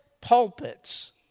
pulpits